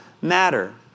matter